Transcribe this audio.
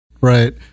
Right